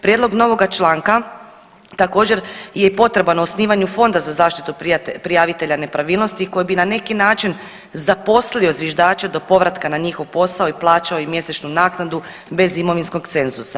Prijedlog novoga članka također je i potreban osnivanju Fonda za zaštitu prijavitelja nepravilnosti koji bi na neki način zaposlio zviždače do povratka na njihov posao i plaćao im mjesečnu naknadu bez imovinskog cenzusa.